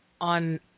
on